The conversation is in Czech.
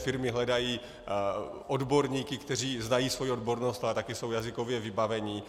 Firmy hledají odborníky, kteří znají svojí odbornost, ale také jsou jazykově vybaveni.